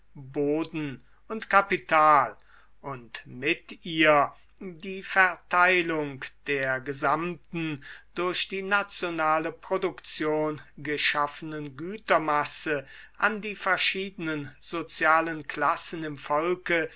boden und kapital und mit ihr die verteilung der gesamten durch die nationale produktion geschaffenen gütermasse an die verschiedenen sozialen klassen im volk